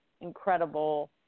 incredible